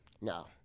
no